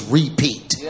repeat